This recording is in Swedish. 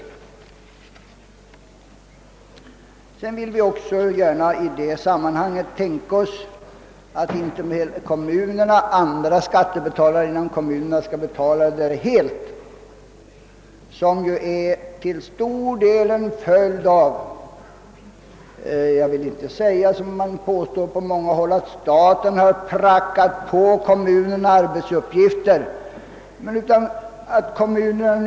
I det sammanhanget vill vi gärna tänka oss att inte andra skattebetalare inom kommunerna helt skall betala detta. Man säger på många håll att det höga kommunala skattetrycket till stor del är en följd av att »staten har prackat på kommunerna arbetsuppgifter». Jag vill inte helt formulera det så.